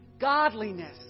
godliness